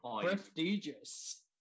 prestigious